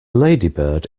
ladybird